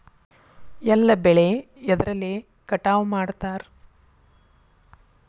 ಎಲ್ಲ ಬೆಳೆ ಎದ್ರಲೆ ಕಟಾವು ಮಾಡ್ತಾರ್?